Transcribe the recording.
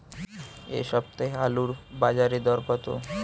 এ সপ্তাহে আলুর বাজারে দর কত?